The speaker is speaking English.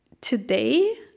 today